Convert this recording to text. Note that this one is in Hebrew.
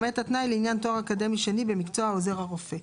למעט התנאי לעניין תואר אקדמי שני במקצוע עוזר הרופא.